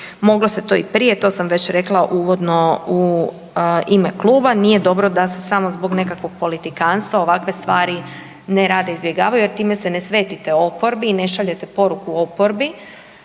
Moglo se to i prije, to sam već rekla uvodno u ime kluba, nije dobro da se samo zbog nekakvog politikanstva ovakve stvari ne rade i izbjegavaju jer time se ne svetite oporbi i ne šaljete poruku oporbi.